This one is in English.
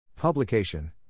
Publication